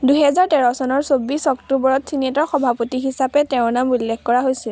দুহেজাৰ তেৰ চনৰ চৌবিছ অক্টোবৰত ছিনেটৰ সভাপতি হিচাপে তেওঁৰ নাম উল্লেখ কৰা হৈছিল